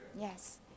Yes